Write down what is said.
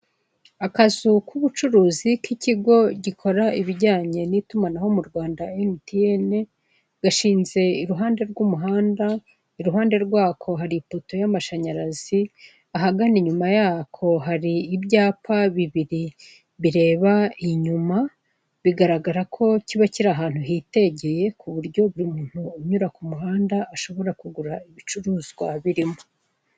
Akazu k'ubucuruzi k'ikigo gikora ibijyanye n'itumanaho mu Rwanda emutiyene, gashinze iruhande rw'umuhanda, iruhande rwako hari ipoto y'amashanyarazi, ahagana inyuma yako hari ibyapa bibiri bireba inyuma. Bigaragara ko kiba kiri ahantu hitegeye kuburyo buri muntu unyura ku muhanda ashobora kugura ibicuruzwa birimo.